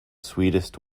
sweetest